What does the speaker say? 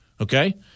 okay